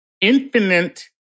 infinite